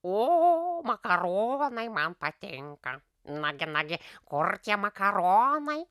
o makaronai man patinka nagi nagi kur tie makaronai